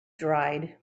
dried